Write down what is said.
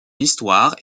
histoire